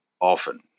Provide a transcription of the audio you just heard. often